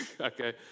okay